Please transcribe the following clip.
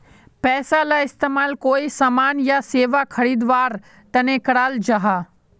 पैसाला इस्तेमाल कोए सामान या सेवा खरीद वार तने कराल जहा